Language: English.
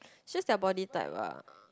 just their body type ah